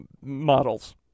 models